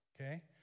okay